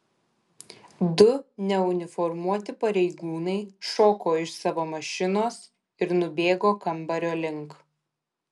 du neuniformuoti pareigūnai šoko iš savo mašinos ir nubėgo kambario link